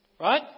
Right